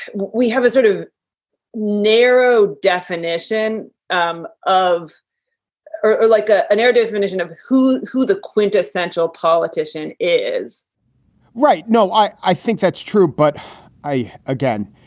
we have a sort of narrow definition um of like ah a narrow definition of who who the quintessential politician is right. no, i i think that's true. but i again,